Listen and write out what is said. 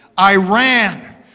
Iran